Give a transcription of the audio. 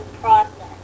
process